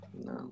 No